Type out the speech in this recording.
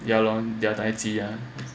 yeah lor their taiji ah